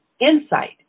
insight